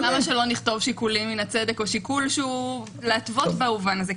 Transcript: למה שלא נכתוב "שיקולים מן הצדק" או להתוות במובן הזה?